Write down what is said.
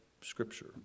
Scripture